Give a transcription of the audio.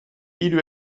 hiru